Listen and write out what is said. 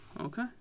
Okay